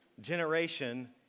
Generation